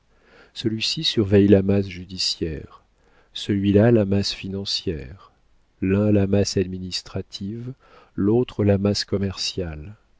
celui-ci surveille la masse judiciaire celui-là la masse financière l'un la masse administrative l'autre la masse commerciale